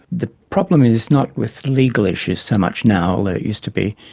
the problem is not with legal issues so much now, although it used to be,